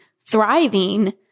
thriving